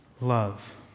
love